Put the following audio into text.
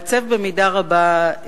המקצועיים, מעצב את דמותכם.